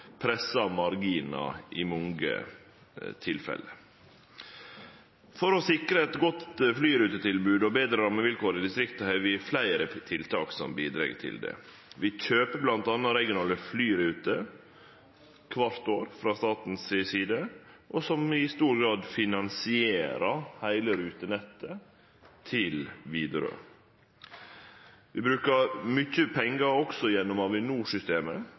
pressa marginar i mange tilfelle. For å sikre eit godt flyrutetilbod og betre rammevilkår i distrikta har vi fleire tiltak som bidreg til det. Frå staten si side kjøper vi bl.a. regionale flyruter kvart år, noko som i stor grad finansierer heile rutenettet til Widerøe. Vi brukar også mykje pengar gjennom